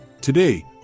today